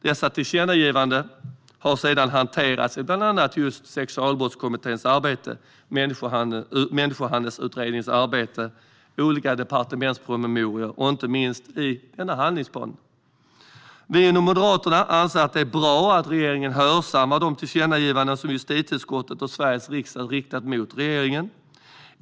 Dessa tillkännagivanden har sedan hanterats i bland annat Sexualbrottskommitténs arbete, Människohandelsutredningens arbete, olika departementspromemorior och inte minst i denna handlingsplan. Vi i Moderaterna anser att det är bra att regeringen hörsammar de tillkännagivanden som justitieutskottet och Sveriges riksdag riktat till regeringen.